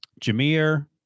Jameer